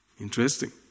Interesting